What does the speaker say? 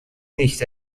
nicht